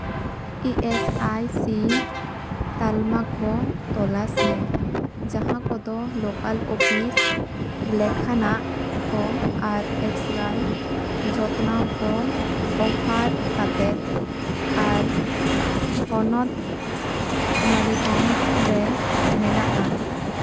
E S I C ᱛᱟᱞᱢᱟ ᱠᱚ ᱛᱚᱞᱟᱥ ᱢᱮ ᱡᱟᱦᱟᱸ ᱠᱚᱫᱚ ᱞᱳᱠᱟᱞ ᱚᱯᱷᱤᱥ ᱞᱮᱠᱷᱟᱱᱟᱜ ᱠᱚ ᱟᱨ ᱮᱠᱥ ᱨᱟᱭ ᱡᱚᱛᱱᱟᱣ ᱠᱚ ᱚᱯᱷᱟᱨ ᱠᱟᱛᱮᱫ ᱟᱨ ᱦᱚᱱᱚᱛ ᱢᱟᱨᱤᱜᱚᱱᱡᱽ ᱨᱮ ᱢᱮᱱᱟᱜᱼᱟ